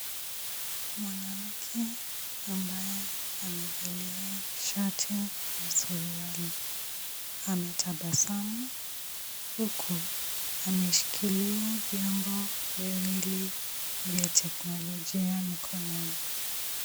Mwanamke ambaye amevalia shati na suruali, ametabasamu huku ameshikilia vyombo viwili vya teknolojia mikononi.